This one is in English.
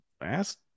ask